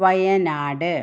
Wayanad